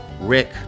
Rick